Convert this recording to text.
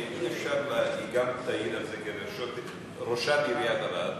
היא גם תעיד על זה כראשת עיריית ערד,